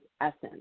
essence